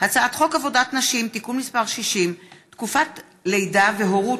הצעת חוק עבודת נשים (תיקון מס' 60) (תקופת לידה והורות